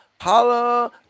Holla